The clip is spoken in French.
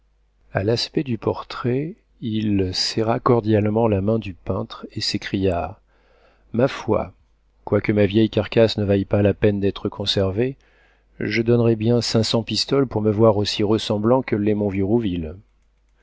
a l'aspect du portrait il serra cordialement la main du peintre et s'écria ma foi quoique ma vieille carcasse ne vaille pas la peine d'être conservée je donnerais bien cinq cents pistoles pour me voir aussi ressemblant que l'est mon vieux